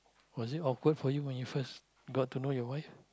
was it awkward for you when you first got to know your wife